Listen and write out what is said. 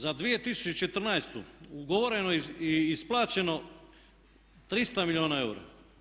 Za 2014. ugovoreno i isplaćeno 300 milijuna eura.